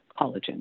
collagen